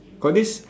got this